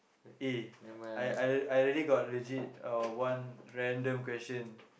eh I I I really got legit uh one random question